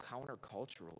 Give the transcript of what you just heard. countercultural